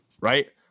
right